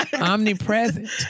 Omnipresent